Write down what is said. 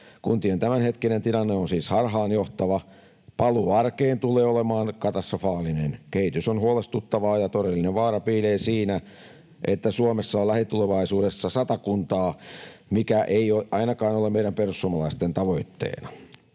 kuntien tämänhetkinen tilanne on siis harhaanjohtava, ja paluu arkeen tulee olemaan katastrofaalinen. Kehitys on huolestuttavaa, ja todellinen vaara piilee siinä, että Suomessa on lähitulevaisuudessa sata kuntaa, mikä ei ainakaan ole meidän perussuomalaisten tavoitteena.